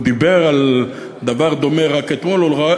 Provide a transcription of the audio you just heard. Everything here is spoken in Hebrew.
הוא דיבר על דבר דומה רק אתמול,